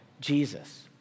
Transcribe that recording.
Jesus